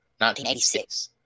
1986